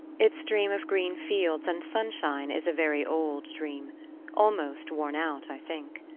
its dream of green fields and sunshine is a very old dream almost worn out, i think.